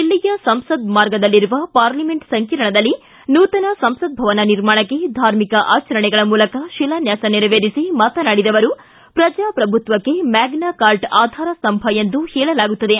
ದಿಲ್ಲಿಯ ಸಂಸದ್ ಮಾರ್ಗದಲ್ಲಿರುವ ಪಾರ್ಲಿಮೆಂಟ್ ಸಂಕೀರ್ಣದಲ್ಲಿ ನೂತನ ಸಂಸತ್ ಭವನ ನಿರ್ಮಾಣಕ್ಕೆ ಧಾರ್ಮಿಕ ಆಚರಣೆಗಳ ಮೂಲಕ ಶಿಲಾನ್ವಾಸ ನೆರವೇರಿಸಿ ಮಾತನಾಡಿದ ಅವರು ಪ್ರಜಾಪ್ರಭುತ್ವಕ್ಷೆ ಮ್ಯಾಗ್ನಾಕಾರ್ಟ ಆಧಾರ ಸ್ತಂಭ ಎಂದು ಹೇಳಲಾಗುತ್ತದೆ